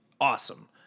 awesome